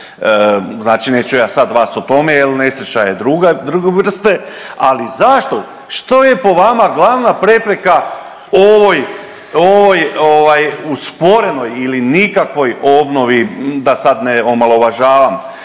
Znači neću ja sad vas o tome jer nesreća je druga, druge vrste, ali zašto što je po vama glavna prepreka ovoj, ovoj usporenoj ili nikakvoj obnovi da sad ne omalovažavam.